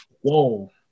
whoa